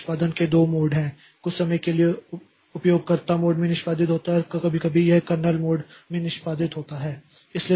तो निष्पादन के 2 मोड हैं कुछ समय के लिए उपयोगकर्ता मोड में निष्पादित होता है और कभी कभी यह कर्नेल मोड में निष्पादित होता है